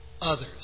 others